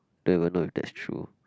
don't even know if that's true